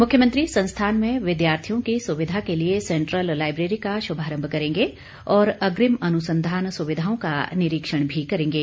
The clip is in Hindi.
मुख्यमंत्री संस्थान में विद्यार्थियों की सुविधा के लिए सेंट्रल लाइब्रेरी का शुभारंभ करेंगे और अग्रिम अनुसंधान सुविधाओं का निरीक्षण भी करेंगे